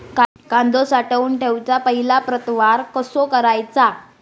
कांदो साठवून ठेवुच्या पहिला प्रतवार कसो करायचा?